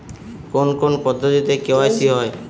কোন কোন পদ্ধতিতে কে.ওয়াই.সি হয়?